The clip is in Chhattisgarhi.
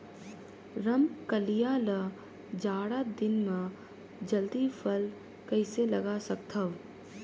रमकलिया ल जाड़ा दिन म जल्दी फल कइसे लगा सकथव?